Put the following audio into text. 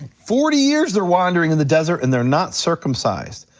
forty years they're wandering in the desert and they're not circumcised.